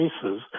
cases